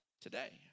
today